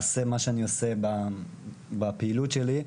מה שאני עושה בפעילות שלי,